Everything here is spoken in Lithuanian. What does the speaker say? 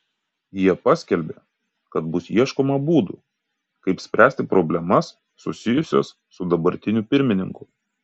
jie paskelbė kad bus ieškoma būdų kaip spręsti problemas susijusias su dabartiniu pirmininku